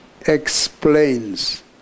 explains